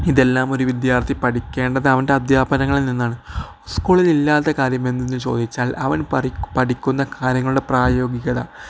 ഇതെല്ലാം ഒരു വിദ്യാർത്ഥി പഠിക്കേണ്ടത് അവൻ്റെ അധ്യാപകനിൽ നിന്നാണ് സ്കൂളിലില്ലാത്ത കാര്യം എന്തെന്ന് ചോദിച്ചാൽ അവൻ പഠിക്കുന്ന കാര്യങ്ങളുടെ പ്രായോഗികത